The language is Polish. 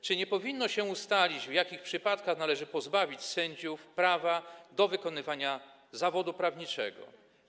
Czy nie powinno się ustalić, w jakich przypadkach należy pozbawić sędziów prawa do wykonywania zawodu prawniczego?